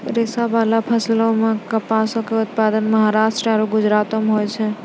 रेशाबाला फसलो मे कपासो के उत्पादन महाराष्ट्र आरु गुजरातो मे होय छै